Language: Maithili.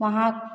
वहाँ